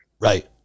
Right